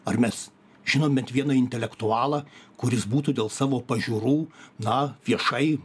ar mes žinom bent vieną intelektualą kuris būtų dėl savo pažiūrų na viešai